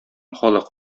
халык